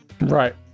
Right